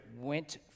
went